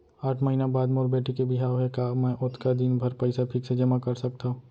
आठ महीना बाद मोर बेटी के बिहाव हे का मैं ओतका दिन भर पइसा फिक्स जेमा कर सकथव?